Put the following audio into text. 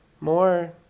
more